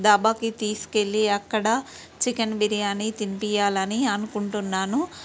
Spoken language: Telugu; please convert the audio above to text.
దాబాకి తీసుకెళ్ళి అక్కడ చికెన్ బిర్యానీ తినిపియాలని అనుకుంటున్నాను